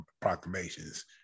proclamations